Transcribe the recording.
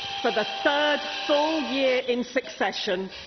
for the third full year in succession,